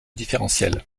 différentiel